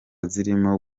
zirimo